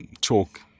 talk